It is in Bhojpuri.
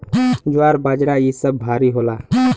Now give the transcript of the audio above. ज्वार बाजरा इ सब भारी होला